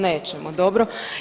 Nećemo, dobro.